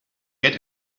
get